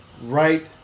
right